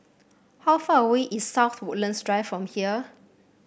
how far away is South Woodlands Drive from here